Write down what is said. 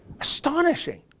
Astonishing